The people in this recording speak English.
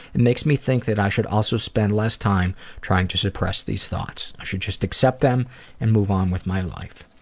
it makes me think that i should also spend less time trying to suppress these thoughts. i should just accept them and move on with my life.